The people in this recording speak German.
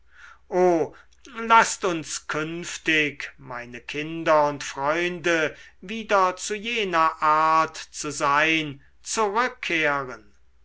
o laßt uns künftig meine kinder und freunde wieder zu jener art zu sein zurückkehren